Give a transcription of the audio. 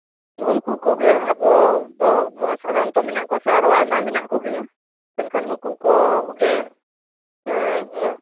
ᱱᱩᱜᱼᱩ ᱱᱩᱠᱩ ᱠᱚᱜᱮ ᱟᱵᱚ ᱫᱚ ᱥᱟᱫᱷᱟᱨᱚᱱᱛᱚ ᱢᱮᱱᱟᱜ ᱠᱚᱣᱟ ᱥᱮ ᱟᱨᱚ ᱟᱭᱢᱟ ᱢᱮᱱᱟᱜ ᱠᱚᱜᱮᱭᱟ ᱢᱮᱱᱠᱷᱟᱱ ᱱᱩᱠᱩ ᱠᱚᱜᱮ